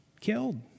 Killed